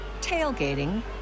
tailgating